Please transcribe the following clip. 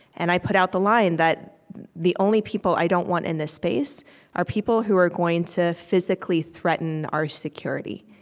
and i put out the line that the only people i don't want in this space are people who are going to physically threaten our security.